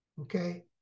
okay